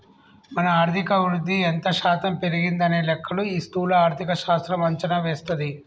మన ఆర్థిక వృద్ధి ఎంత శాతం పెరిగిందనే లెక్కలు ఈ స్థూల ఆర్థిక శాస్త్రం అంచనా వేస్తది